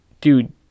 Dude